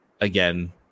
again